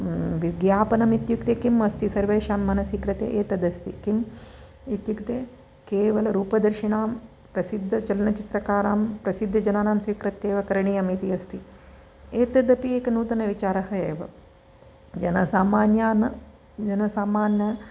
विज्ञापनम् इत्युक्ते किमस्ति सर्वेषां मनसि कृते एतदस्ति किम् इत्युक्ते केवलरूपदर्शिनां प्रसिद्धचलनचित्रकारां प्रसिद्धजनानां स्वीकृत्य एव करणीयमिति अस्ति एतदपि एकनूतनविचारः एव जनसामान्यान् जनसामान्य